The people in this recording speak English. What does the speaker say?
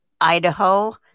Idaho